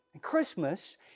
Christmas